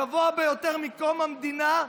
הגבוה ביותר מקום המדינה,